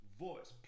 voice